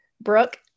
Brooke